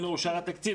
עדיין לא אושר התקציב.